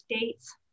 dates